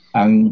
ang